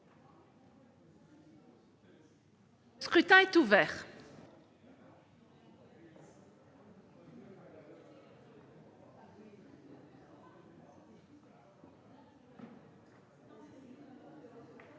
Le scrutin est ouvert.